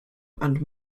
and